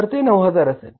तर ते 9000 असेल